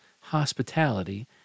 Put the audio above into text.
hospitality